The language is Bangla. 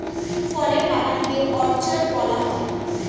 ফলের বাগান কে অর্চার্ড বলা হয়